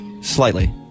slightly